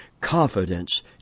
confidence